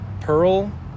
Pearl